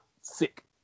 sick